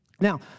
Now